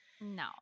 No